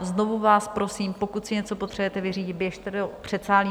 Znovu vás prosím, pokud si něco potřebujete vyřídit, běžte do předsálí.